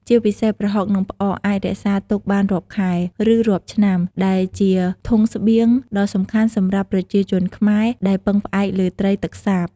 ជាពិសេស ប្រហុក និងផ្អក អាចរក្សាទុកបានរាប់ខែ ឬរាប់ឆ្នាំ ដែលជាធុងស្បៀងដ៏សំខាន់សម្រាប់ប្រជាជនខ្មែរ ដែលពឹងផ្អែកលើត្រីទឹកសាប។